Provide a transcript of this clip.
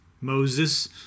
Moses